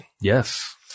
Yes